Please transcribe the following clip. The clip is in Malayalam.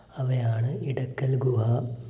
അവയാണ് ഇടയ്ക്കൽ ഗുഹ